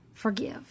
Forgive